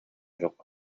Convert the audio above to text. жок